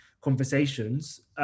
conversations